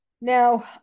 Now